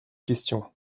questions